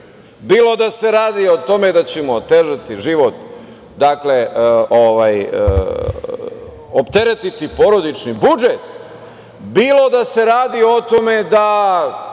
bilo da se radi o tome da će mu otežati život tako što će opteretiti porodični budžet, bilo da se radi o tome da